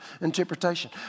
interpretation